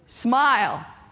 Smile